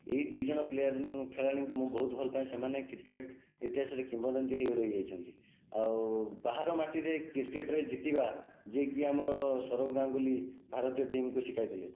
ଏହି ଦୁଇଜଣ ପ୍ଲେୟାର ଖେଳାଳିଙ୍କୁ ମୁଁ ବହୁତ ଭଲପାଏ ସେମାନେ କ୍ରିକେଟ୍ ଇତିହାସରେ କିମ୍ୱଦନ୍ତୀ ହୋଇ ରହିଯାଇଛନ୍ତି ଆଉ ବାହାର ମାଟିରେ କ୍ରିକେଟରେ ଜିତିବା ଯେ କି ଆମର ସୌରଭ ଗାଙ୍ଗୁଲି ଭାରତୀୟ ଟିମକୁ ଶିଖାଇଥିଲେ